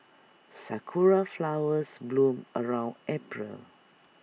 Sakura Flowers bloom around April